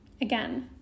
again